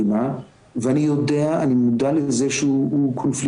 PTSD. אנחנו פיתחנו כלי שיודע לעשות את הדבר הזה בצורה די מדויקת.